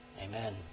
Amen